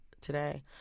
today